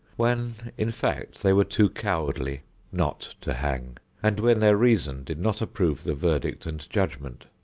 when, in fact, they were too cowardly not to hang and when their reason did not approve the verdict and judgment.